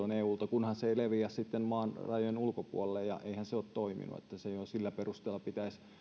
kunhan se ei leviä maan rajojen ulkopuolelle eihän se ole toiminut se jo sillä perusteella pitäisi